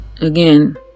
again